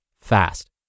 fast